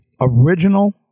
original